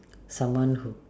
someone who